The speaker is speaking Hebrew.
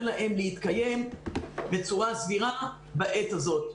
להם להתקיים בצורה סדירה בעת הזאת.